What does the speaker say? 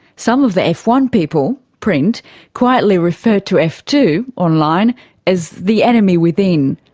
some of the f one people print quietly referred to f two online as the enemy within.